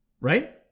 right